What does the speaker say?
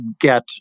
get